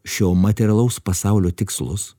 šio materialaus pasaulio tikslus